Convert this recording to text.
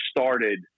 started